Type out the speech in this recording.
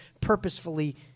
purposefully